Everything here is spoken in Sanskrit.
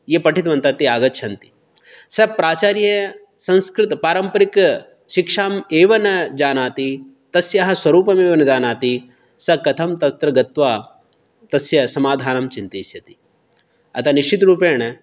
ये पठितवन्तः ते आगच्छन्ति सः प्राचार्यः संस्कृतपारम्परिकशिक्षाम् एव न जानाति तस्याः स्वरूपमेव न जानाति सः कथं तत्र गत्वा तस्य समाधानं चिन्तयिष्यति अतः निश्चितरूपेण